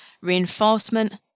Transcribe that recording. Reinforcement